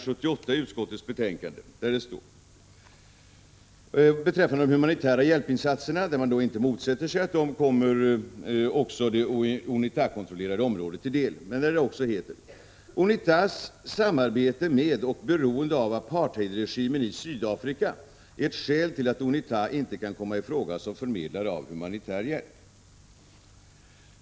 78iutskottets betänkande beträffande de humanitära hjälpinsatserna. Utskottet motsätter sig inte att de kommer UNITA-kontrollerade områden till del men säger: ”UNITA:s samarbete med och beroende av apartheidregimen i Sydafrika är ett skäl till att UNITA inte kan komma i fråga som förmedlare av humanitär hjälp”.